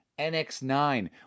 NX9